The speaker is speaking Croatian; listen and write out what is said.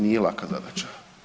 Nije laka zadaća.